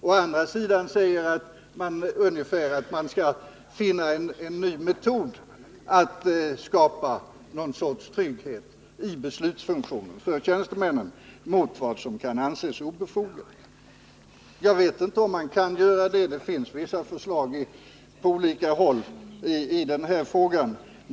Å andra sidan säger man ungefär att man skall finna en ny metod att i beslutsfunktionen skapa någon sorts trygghet för tjänstemän mot vad som kan anses obefogat. Jag vet inte om man kan göra det. Det finns vissa förslag på olika håll i den här frågan.